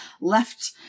left